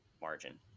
margin